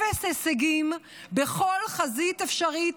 אפס הישגים בכל החזית האפשרית.